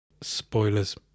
spoilers